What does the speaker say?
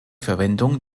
verwendung